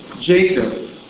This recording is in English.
Jacob